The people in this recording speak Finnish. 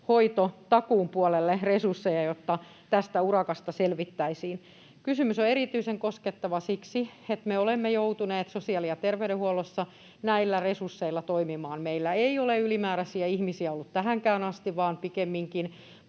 hoitotakuun puolelle resursseja, jotta tästä urakasta selvittäisiin. Kysymys on erityisen koskettava siksi, että me olemme joutuneet sosiaali- ja terveydenhuollossa näillä resursseilla toimimaan. Meillä ei ole ylimääräisiä ihmisiä ollut tähänkään asti vaan pikemminkin